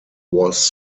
was